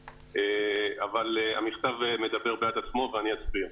אבל המכתב מדבר בעד עצמו ואני אסביר: